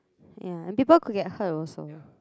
ya and people could get hurt also